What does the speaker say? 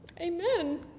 Amen